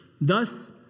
Thus